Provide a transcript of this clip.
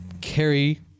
Carry